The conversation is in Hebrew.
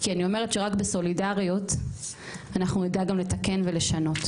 כי אני אומרת שרק בסולידריות אנחנו נדע גם לתקן ולשנות.